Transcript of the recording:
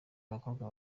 abakobwa